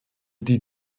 die